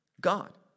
God